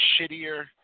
shittier